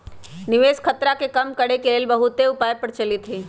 निवेश खतरा के कम करेके के लेल बहुते उपाय प्रचलित हइ